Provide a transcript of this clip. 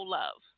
love